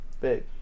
big